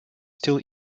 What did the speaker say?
still